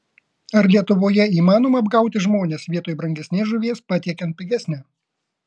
ar lietuvoje įmanoma apgauti žmones vietoj brangesnės žuvies patiekiant pigesnę